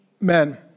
men